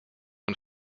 und